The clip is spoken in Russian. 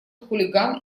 хулиган